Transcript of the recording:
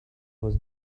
was